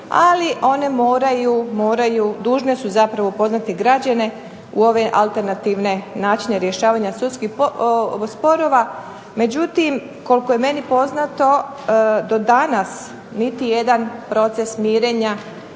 ali one moraju, dužne su zapravo upoznati građane u ove alternativne načine rješavanja sudskih sporova. Međutim, koliko je meni poznato do danas niti jedan proces mirenja